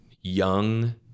young